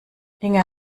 inge